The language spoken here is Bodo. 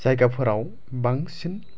जायगाफोराव बांसिन